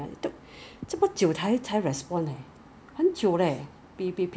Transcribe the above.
so when you are in office right 你可以 just 走过去跟他讲 !hey! this is important